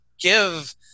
give –